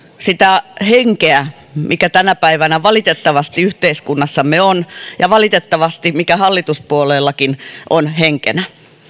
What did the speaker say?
sitä henkeä mikä tänä päivänä valitettavasti yhteiskunnassamme on ja mikä valitettavasti hallituspuolueillakin on henkenä